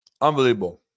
Unbelievable